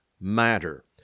matter